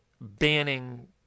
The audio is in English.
banning